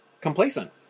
complacent